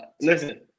Listen